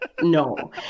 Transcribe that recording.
no